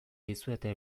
dizuete